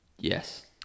Yes